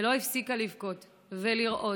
ולא הפסיקה לבכות ולרעוד,